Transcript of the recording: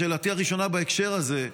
שאלתי הראשונה בהקשר הזה: